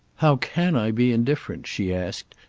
how can i be indifferent, she asked,